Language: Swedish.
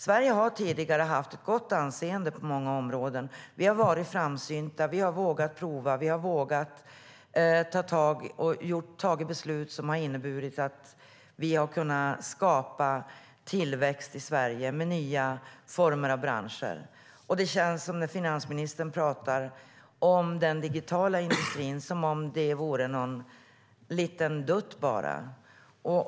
Sverige har tidigare haft gott anseende på många områden. Vi har varit framsynta. Vi har vågat prova och vågat ta beslut som har inneburit att vi har kunnat skapa tillväxt i Sverige med nya former av branscher. När finansministern talar om den digitala industrin känns det som om det vore någon liten dutt bara.